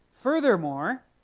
Furthermore